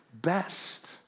Best